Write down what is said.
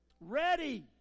Ready